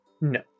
No